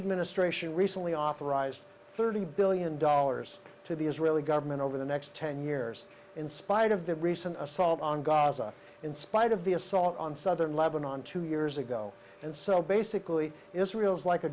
administration recently authorized thirty billion dollars to the israeli government over the next ten years in spite of the recent assault on gaza in spite of the assault on southern lebanon two years ago and so basically israel is like a